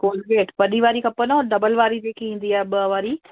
Colgate वॾी वारी खपंदव डबल वारी जेकी ईंदी आहे ॿ वारी